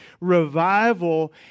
revival